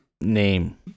name